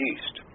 East